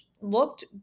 looked